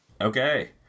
okay